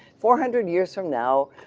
four hundred years from now,